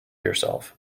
yourself